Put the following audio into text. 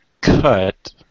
cut